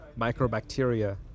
microbacteria